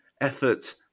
effort